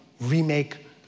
remake